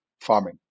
farming